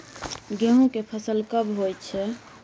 गेहूं के फसल कब होय छै?